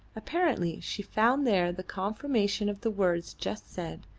apparently she found there the confirmation of the words just said,